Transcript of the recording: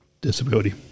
disability